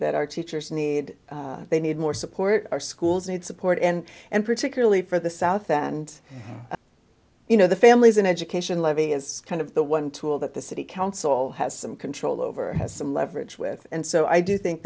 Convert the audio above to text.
that our teachers need they need more support our schools need support and and particularly for the south and you know the families and education levy is kind of the one tool that the city council has some control over has some leverage with and so i do think